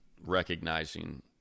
recognizing